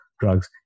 Drugs